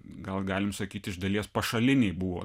gal galim sakyti iš dalies pašaliniai buvo